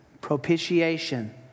propitiation